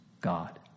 God